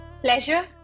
pleasure